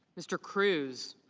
mr. cruz.